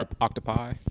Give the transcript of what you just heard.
Octopi